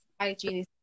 Hygiene